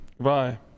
bye